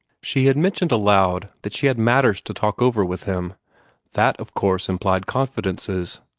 she had mentioned aloud that she had matters to talk over with him that of course implied confidences,